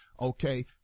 okay